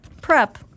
Prep